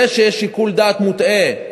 זה שיש שיקול דעת מוטעה,